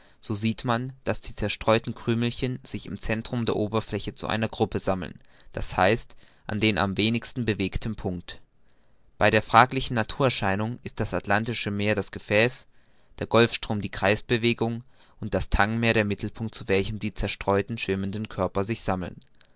so sieht man daß die zerstreuten krümmchen sich im centrum der oberfläche zu einer gruppe sammeln d h an dem am wenigsten bewegten punkt bei der fraglichen naturerscheinung ist das atlantische meer das gefäß der golfstrom die kreisbewegung und das tang meer der mittelpunkt zu welchem die zerstreuten schwimmenden körper sich sammeln